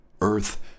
Earth